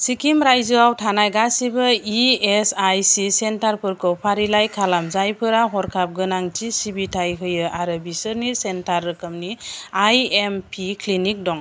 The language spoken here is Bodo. सिक्किम रायजोआव थानाय गासिबो इएसआईसि सेन्टारफोरखौ फारिलाइ खालाम जायफोरा हरखाब गोनांथि सिबिथाय होयो आरो बिसोरनि सेन्टार रोखोमनि आईएमपि क्लिनिक दं